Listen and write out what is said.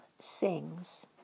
Sings